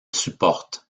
supporte